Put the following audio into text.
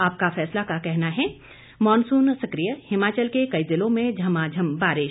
आपका फैसला का कहना है मानसून सकिय हिमाचल के कई जिलों में झमाझम बारिश